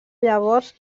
llavors